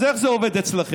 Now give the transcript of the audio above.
אז איך זה עובד אצלכם?